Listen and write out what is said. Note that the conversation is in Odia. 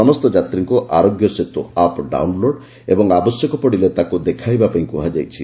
ସମସ୍ତ ଯାତ୍ରୀଙ୍କୁ ଆରୋଗ୍ୟ ସେତ୍ ଆପ୍ ଡାଉନ୍ଲୋଡ୍ ଏବଂ ଆବଶ୍ୟକ ପଡିଲେ ତାକୁ ଦେଖାଇବା ପାଇଁ କୁହାଯାଇଛି